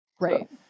Right